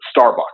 starbucks